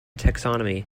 taxonomy